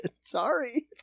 Sorry